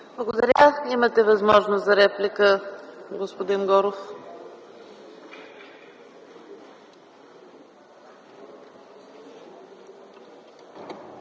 Благодаря. Имате възможност за реплика, господин Горов.